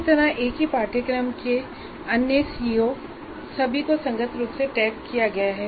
इसी तरह एक ही पाठ्यक्रम के अन्य सीओ jकुल ९ सभी को संगत रूप से टैग किया गया है